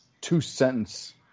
two-sentence